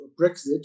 Brexit